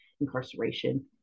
incarceration